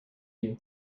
you